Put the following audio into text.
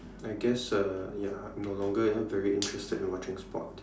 I guess uh ya no longer very interested in watching sports